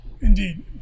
indeed